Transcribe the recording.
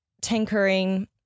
tinkering